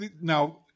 Now